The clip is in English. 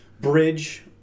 bridge